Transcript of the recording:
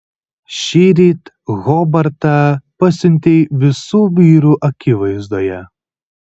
šįryt hobartą pasiuntei visų vyrų akivaizdoje